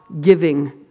giving